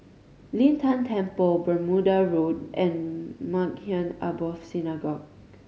Lin Tan Temple Bermuda Road and Maghain Aboth Synagogue